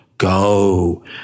go